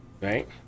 Right